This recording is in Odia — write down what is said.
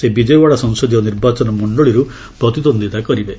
ସେ ବିଜୟଓ୍ୱାଡ଼ା ସଂସଦୀୟ ନିର୍ବାଚନ ମଣ୍ଡଳୀରୁ ପ୍ରତିଦ୍ୱନ୍ଦିତା କରିବେ